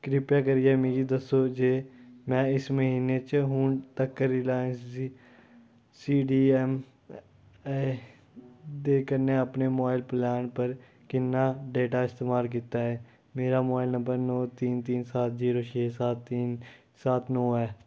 कृपा करियै मिगी दस्सो जे में इस म्हीने च हून तक्कर Reliance C D M A दे कन्नै अपने मोबाइल प्लान पर किन्ना डेटा इस्तेमाल कीता ऐ मेरा मोबाइल नंबर नौ तीन तीन सात जीरो छे सात तीन सात नौ ऐ